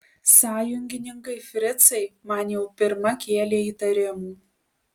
sąjungininkai fricai man jau pirma kėlė įtarimų